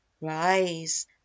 rise